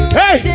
hey